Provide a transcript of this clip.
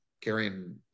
carrying